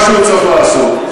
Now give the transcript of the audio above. ומה שהוא צריך לעשות,